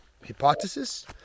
Hypothesis